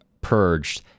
purged